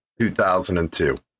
2002